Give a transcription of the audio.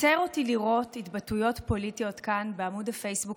מצער אותי לראות התבטאויות פוליטיות כאן בעמוד הפייסבוק